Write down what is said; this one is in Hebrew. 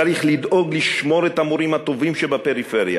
צריך לדאוג לשמור את המורים הטובים שבפריפריה